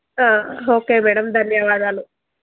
okay madam ధన్యవాదాలు